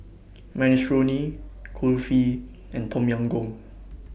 Minestrone Kulfi and Tom Yam Goong